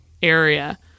Area